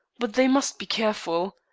but they must be careful.